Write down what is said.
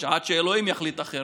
או עד שה' יחליט אחרת.